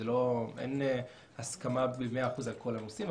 אין הסכמה ב-100% על כל הנושאים.